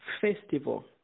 festival